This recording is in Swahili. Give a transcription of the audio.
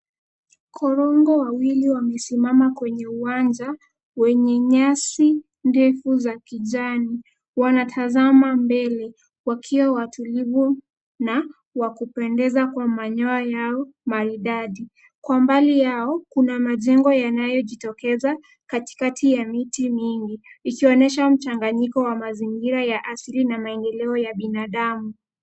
Korongo wawili wamesimama kwenye uwanja wenye nyasi ndefu za kijani, wanatazama mbele wakiwa watulivu na wa kupendeza kwa manyoa yao maridadi. Kwa mbali yao, kuna majengo yanayojitokeza katikati ya miti mingi, ikionyesha mchanganyiko wa mazingira ya asili na maendeleo ya binadamu.